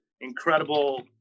incredible